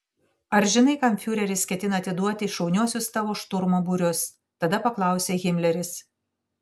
ar žinai kam fiureris ketina atiduoti šauniuosius tavo šturmo būrius tada paklausė himleris